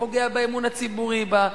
שפוגע באמון הציבורי בה,